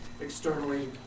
externally